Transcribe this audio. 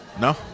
No